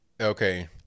Okay